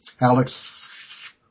Alex